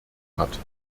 hat